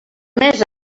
més